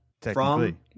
Technically